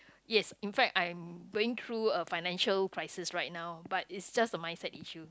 yes in fact I'm going through a financial crisis right now but it's just a mindset issue